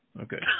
Okay